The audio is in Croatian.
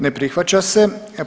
Ne prihvaća se.